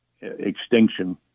extinction